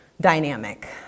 dynamic